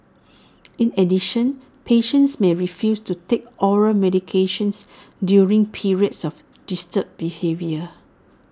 in addition patients may refuse to take oral medications during periods of disturbed behaviour